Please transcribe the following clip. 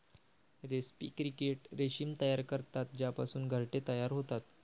रेस्पी क्रिकेट रेशीम तयार करतात ज्यापासून घरटे तयार होतात